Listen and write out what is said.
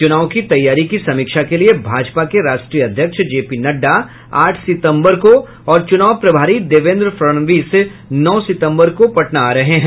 चुनाव की तैयारी की समीक्षा के लिये भाजपा के राष्ट्रीय अध्यक्ष जे पी नड्डा आठ सितंबर को और चुनाव प्रभारी देवेंद्र फडनवीस नौ सितंबर को पटना आ रहे हैं